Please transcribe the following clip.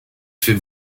fait